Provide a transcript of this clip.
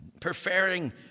preferring